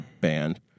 band